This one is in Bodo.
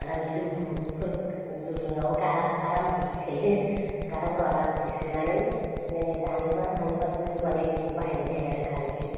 आरामसे जौदुफोर जौदु नङाब्ला गारहा गारहा होनब्लाथ' बुजिखायो गारहाफोराव आरामसे सोनानै जानोब्ला जानोब्लासो माने जों बाहायनाय जायो आरो खारैखो